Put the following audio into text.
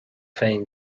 féin